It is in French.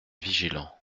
vigilants